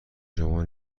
شما